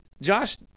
Josh